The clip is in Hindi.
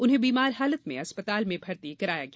उन्हें बीमार हालत में अस्पताल में भर्ती कराया गया